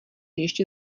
ještě